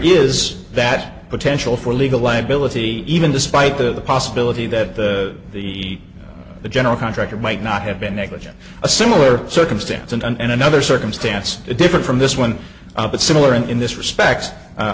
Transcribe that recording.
is that potential for legal liability even despite the possibility that the the general contractor might not have been negligent a similar circumstance and another circumstance different from this one but similar in this respect